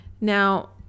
Now